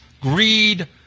greed